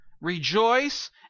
rejoice